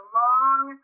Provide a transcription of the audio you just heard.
long